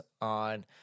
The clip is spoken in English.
on